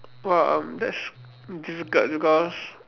!wah! um that's difficult because